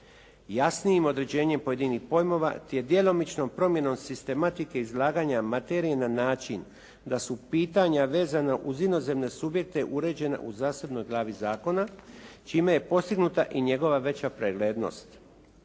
Jasnijim određenjem pojedinih pojmova, te djelomičnom promjenom sistematike izlaganja materije na način da su pitanja vezana uz inozemne subjekte uređena u zasebnoj glavi zakona čime je postignuta i njegova veća preglednost.